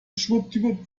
schwuppdiwupp